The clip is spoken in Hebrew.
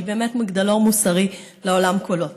שהיא באמת מגדלור מוסרי לעולם כולו.